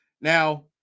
Now